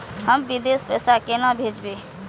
हम विदेश पैसा केना भेजबे?